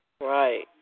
Right